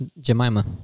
Jemima